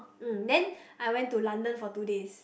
mm then I went to London for two days